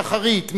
שחרית,